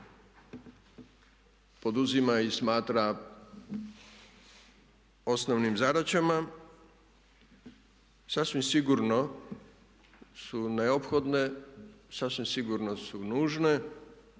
poduzima i smatra osnovnim zadaćama sasvim sigurno su neophodne, sasvim sigurno su nužne